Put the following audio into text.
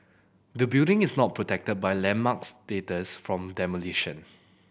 the building is not protected by landmark status from demolition